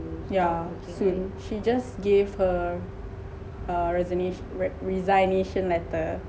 yeah soon she just gave her err rese~ resignation letter